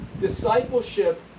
discipleship